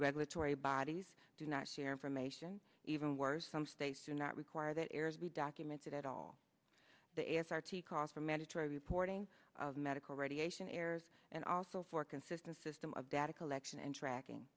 regulatory bodies do not share information even worse some states do not require that errors be documented at all the s r t calls for mandatory reporting of medical radiation errors and also for consistent system of data collection and tracking